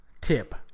tip